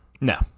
No